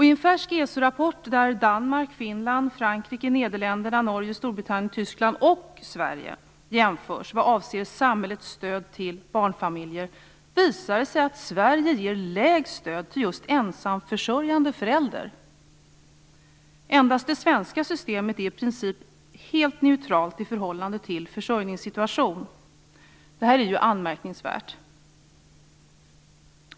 I en färsk rapport där Danmark, Finland, Frankrike, Nederländerna, Norge, Storbritannien, Tyskland och Sverige jämförs vad avser samhällets stöd till barnfamiljer visar det sig att Sverige ger lägst stöd till just ensamförsörjande föräldrar. Endast det svenska systemet är i princip helt neutralt i förhållande till försörjningssituation. Det här är ju anmärkningsvärt.